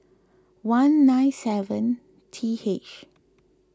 one nine seven T H